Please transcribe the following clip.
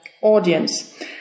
audience